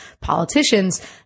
politicians